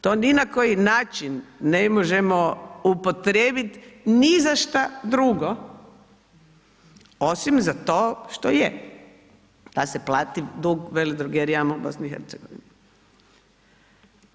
To ni na koji način ne možemo upotrijebiti ni za šta drugo osim za to što je, da se plati dug veledrogerijama u BiH-u.